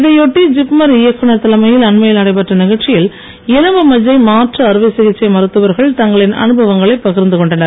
இதையொட்டி ஜிப்மர் இயக்குநர் தலைமையில் அண்மையில் நடைபெற்ற நிகழ்ச்சியில் எலும்பு மஜ்ஜை மாற்று அறுவைச் சிகிச்சை மருத்தவர்கள் தங்களின் அனுபவங்களை பகிர்ந்து கொண்டனர்